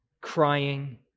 crying